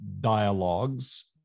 dialogues